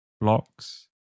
blocks